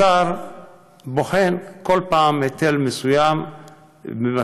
השר בוחן כל פעם היטל מסוים במטרה,